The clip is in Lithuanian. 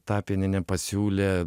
tapinienė pasiūlė